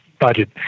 Budget